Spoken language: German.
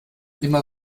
immer